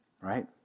Right